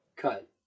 cut